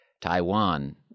Taiwan